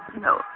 No